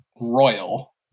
Royal